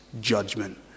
judgment